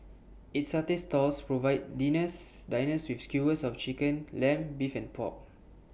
its satay stalls provide dinners diners with skewers of Chicken Lamb Beef and pork